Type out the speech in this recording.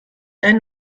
einen